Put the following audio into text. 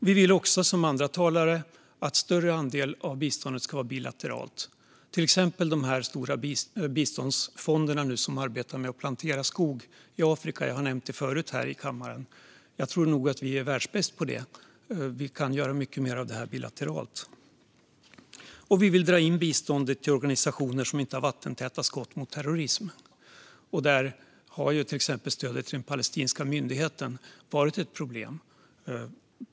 Vi vill också, som andra talare, att en större andel av biståndet ska vara bilateralt, till exempel de stora biståndsfonderna som nu jobbar med att planera skog i Afrika, som jag har nämnt förut här i kammaren. Jag tror nog att vi är världsbäst på det. Vi kan göra mycket mer av det här bilateralt. Vi vill dra in biståndet till organisationer som inte har vattentäta skott mot terrorism. Där har till exempel stödet till den palestinska myndigheten varit ett problem.